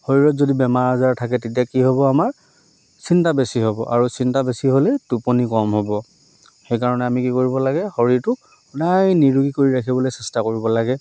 শৰীৰত যদি বেমাৰ আজাৰ থাকে তেতিয়া কি হ'ব আমাৰ চিন্তা বেছি হ'ব আৰু চিন্তা বেছি হ'লে টোপনি কম হ'ব সেইকাৰণে আমি কি কৰিব লাগে শৰীৰটোক সদায় নিৰোগী কৰি ৰাখিবলৈ চেষ্টা কৰিব লাগে